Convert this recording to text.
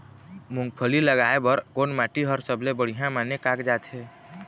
मूंगफली लगाय बर कोन माटी हर सबले बढ़िया माने कागजात हे?